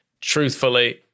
truthfully